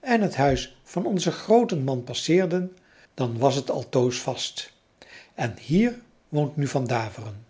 en het huis van onzen grooten man passeerden dan was het altoos vast en hier woont nu van daveren